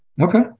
Okay